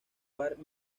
bar